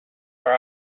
are